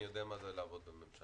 אני יודע מה זה לעבוד בממשלה.